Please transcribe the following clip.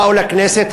באו לכנסת,